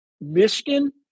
Michigan